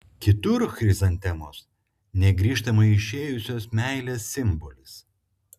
kitur chrizantemos negrįžtamai išėjusios meilės simbolis